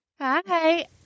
Hi